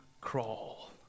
crawl